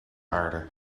aarde